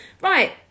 Right